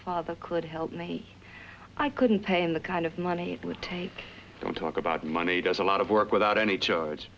father could help me i couldn't pay him the kind of money it would take don't talk about money does a lot of work without any charge